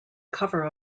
cover